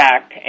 Act